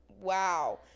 wow